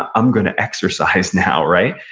ah i'm going to exercise, now. right?